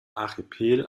archipel